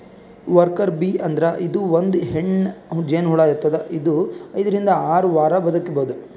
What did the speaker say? worker bee ಅಂದ್ರ ಇದು ಒಂದ್ ಹೆಣ್ಣ್ ಜೇನಹುಳ ಇರ್ತದ್ ಇದು ಐದರಿಂದ್ ಆರ್ ವಾರ್ ಬದ್ಕಬಹುದ್